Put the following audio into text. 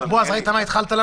היועץ המשפטי ימשיך